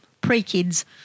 pre-kids